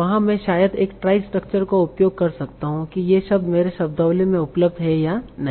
वहां मैं शायद एक ट्राई स्ट्रक्चर का उपयोग कर सकता हूं कि ये शब्द मेरे शब्दावली में उपलब्ध हैं या नहीं